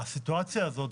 בעיה